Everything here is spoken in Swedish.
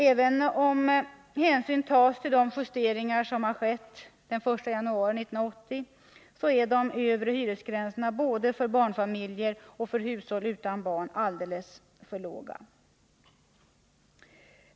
Även om hänsyn tas till de justeringar som skett den 1 januari 1980 är de övre hyresgränserna både för barnfamiljer och för hushåll utan barn alltför låga.